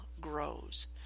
grows